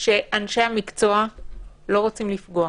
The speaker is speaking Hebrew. שאנשי המקצוע לא רוצים לפגוע.